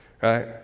right